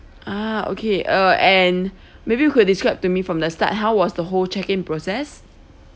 ah okay uh and maybe you could describe to me from the start how was the whole check in process